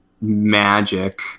magic